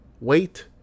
Wait